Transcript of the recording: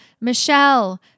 Michelle